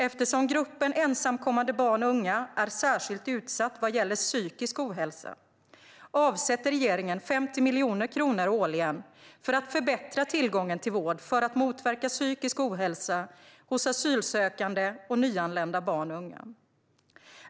Eftersom gruppen ensamkommande barn och unga är särskilt utsatt vad det gäller psykisk ohälsa avsätter regeringen 50 miljoner kronor årligen för att förbättra tillgången till vård för att motverka psykisk ohälsa hos asylsökande och nyanlända barn och unga.